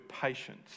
patience